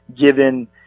given